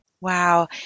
Wow